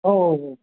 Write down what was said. औ औ औ